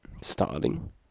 Starting